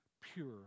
pure